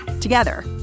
Together